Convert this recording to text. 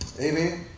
Amen